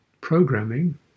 programming